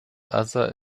other